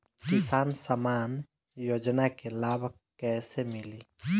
किसान सम्मान योजना के लाभ कैसे मिली?